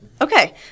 Okay